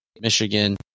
Michigan